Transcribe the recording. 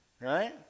Right